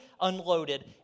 unloaded